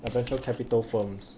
err venture capital firms